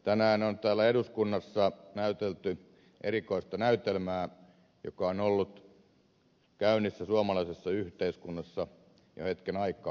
tänään on täällä eduskunnassa näytelty erikoista näytelmää joka on ollut käynnissä suomalaisessa yhteiskunnassa jo hetken aikaa